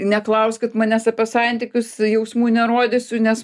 neklauskit manęs apie santykius jausmų nerodysiu nes